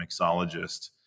mixologist